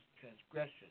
transgression